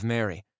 Mary